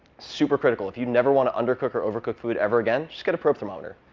super critical. if you never want to undercook or overcook food ever again, just get a probe thermometer.